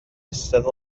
eistedd